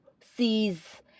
sees